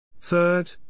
Third